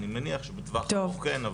אני מניח שבטווח הקרוב כן,